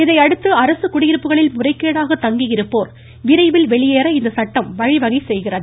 இதையடுத்து அரசு குடியிருப்புகளில் முறைகேடாக தங்கியிருப்போர் விரைவில் வெளியேற இந்த சட்டம் வழிவகை செய்கிறது